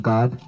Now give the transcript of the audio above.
God